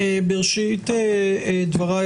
בראשית דבריי,